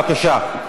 בבקשה,